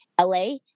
LA